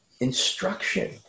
Instruction